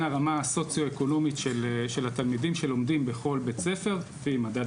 הרמה הסוציואקונומית של התלמידים שלומדים בכל בית ספר ועם מדד